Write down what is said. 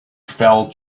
fell